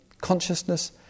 Consciousness